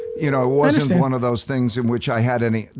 you know wasn't one of those things in which i had any,